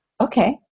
okay